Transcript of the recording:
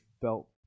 felt